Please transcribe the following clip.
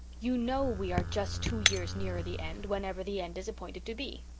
you know we are just two years nearer the end, whenever the end is appointed to be.